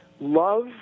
love